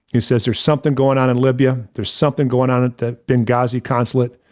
he says there's something going on in libya. there's something going on at that bin ghazi consulate.